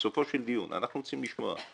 בסופו של דיון אנחנו רוצים לשמוע,